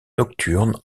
nocturne